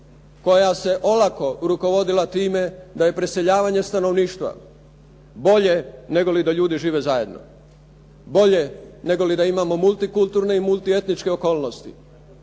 koja se olako rukovodila time da je preseljavanje stanovništva bolje nego li da ljudi žive zajedno, bolje nego li da imamo multikulturne i multietničke okolnosti.